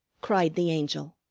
cried the angel,